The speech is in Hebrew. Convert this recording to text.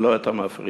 ולא את המפריד.